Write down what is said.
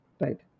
Right